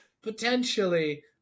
potentially